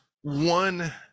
one